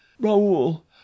Raoul